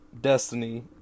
Destiny